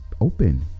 open